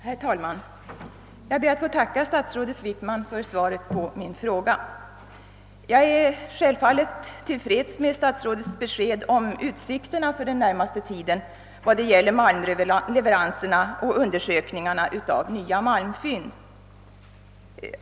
Herr talman! Jag ber att få tacka statsrådet Wickman för svaret på min fråga. Självfallet är jag till freds med statsrådets besked om utsikterna för den närmaste tiden vad gäller malmleveranser och undersökning av nya malmfynd.